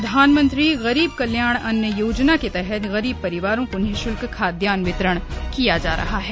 और प्रधानमंत्री गरीब कल्याण अन्न योजना के तहत गरीब परिवारों को निगुल्क खाद्यान वितरण किया जा रहा है